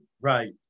Right